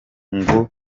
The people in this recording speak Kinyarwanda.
ngo